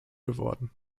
geworden